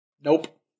nope